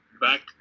back